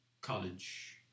college